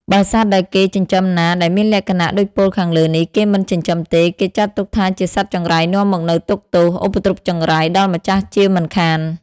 បើសត្វដែលគេចិញ្ចឹមណា ដែលមានលក្ខណៈដូចពោលខាងលើនេះ គេមិនចិញ្ចឹមទេ គេចាត់ទុកថាជាសត្វចង្រៃនាំមកនូវទុក្ខទោស ឧបទ្រពចង្រៃដល់ម្ចាស់ជាមិនខាន។